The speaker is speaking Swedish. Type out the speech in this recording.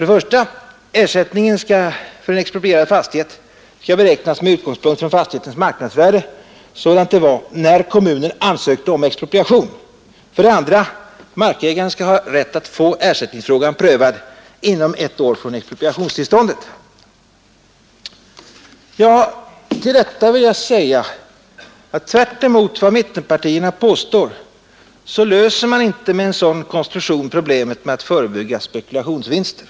Det första är att ersättningen för en exproprierad fastighet skall beräknas med utgångspunkt från fastighetens marknadsvärde sådant detta var när kommunen ansökte om expropriation. För det andra skall markägaren ha rätt att få ersättningsfrågan prövad inom ett år från expropriationstillståndet. Tvärtemot vad mittenpartierna påstår löser man med en sådan konstruktion inte problemet med att förebygga spekulationsvinster.